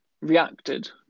reacted